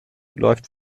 läuft